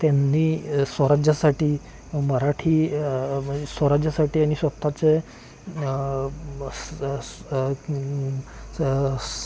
त्यांनी स्वराज्यासाठी मराठी स्वराज्यासाठी आणि स्वतःचे स्